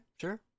sure